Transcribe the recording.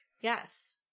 Yes